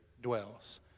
dwells